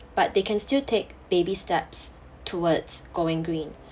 but they can still take baby steps towards going green